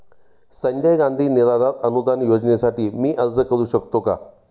संजय गांधी निराधार अनुदान योजनेसाठी मी अर्ज करू शकतो का?